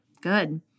good